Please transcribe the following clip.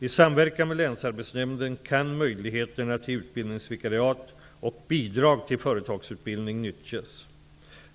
I samverkan med länsarbetsnämnden kan möjligheterna till utbildningsvikariat och bidrag till företagsutbildning utnyttjas.